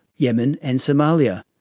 yemen, and somalia.